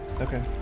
Okay